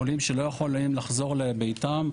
חולים שלא יכולים לחזור לביתם,